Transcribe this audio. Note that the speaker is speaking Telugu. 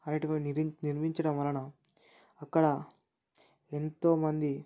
అనేటువంటివి నిర్మించడం వలన అక్కడ ఎంతో మంది